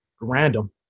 random